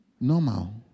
normal